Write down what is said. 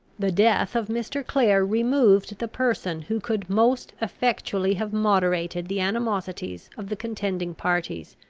the death of mr. clare removed the person who could most effectually have moderated the animosities of the contending parties,